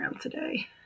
today